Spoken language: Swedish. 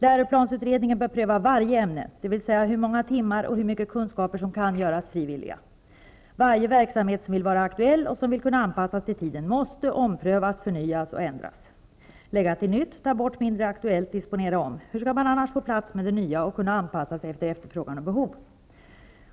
Läroplansutredningen bör pröva varje ämne, dvs. hur många timmar och hur mycket kunskaper som kan göras frivilliga. Varje verksamhet som vill vara aktuell och som vill kunna anpassas till tiden måste omprövas, förnyas och ändras. Lägg till nytt, ta bort mindre aktuellt, disponera om! Hur skall man annars få plats med det nya och kunna anpassa sig till efterfrågan och behov?